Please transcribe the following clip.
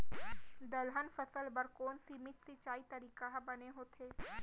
दलहन फसल बर कोन सीमित सिंचाई तरीका ह बने होथे?